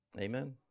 Amen